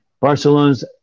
Barcelona's